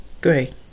Great